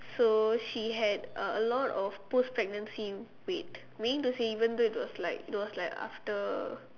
so she had a a lot of post pregnancy weight meaning to say even though there was like there was like after